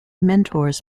mentors